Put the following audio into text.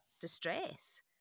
distress